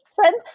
Friends